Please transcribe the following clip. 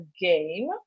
game